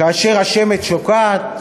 כאשר השמש שוקעת,